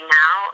now